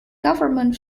government